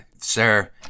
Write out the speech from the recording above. sir